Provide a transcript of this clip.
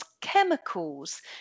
chemicals